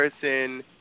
person